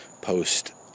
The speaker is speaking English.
post